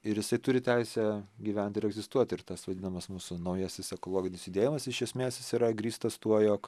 ir jisai turi teisę gyvent ir egzistuot ir tas vadinamas mūsų naujasis ekologinis judėjimas iš esmės jis yra grįstas tuo jog